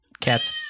Cat